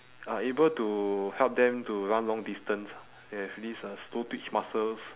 are able to help them to run long distance ah they have these uh slow twitch muscles